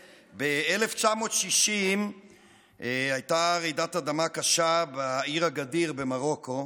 ב-1960 הייתה רעידת אדמה קשה בעיר אגאדיר במרוקו,